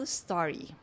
story